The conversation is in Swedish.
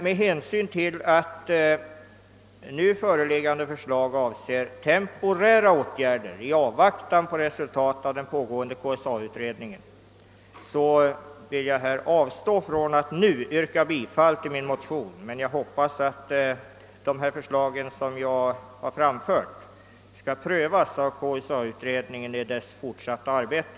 Med hänsyn till att det nu föreliggande förslaget avser temporära åtgärder i avvaktan på resultatet av den pågående KSA-utredningen skall jag avstå från att yrka bifall till min motion, men jag hoppas att de förslag jag framfört skall prövas av KSA-utredningen i dess fortsatta arbete.